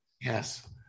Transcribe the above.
Yes